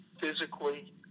physically